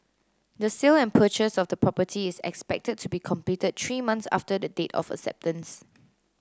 the sale and purchase of the property is expected to be completed three months after the date of acceptance